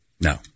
No